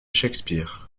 shakespeare